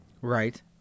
Right